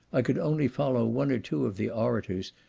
i could only follow one or two of the orators,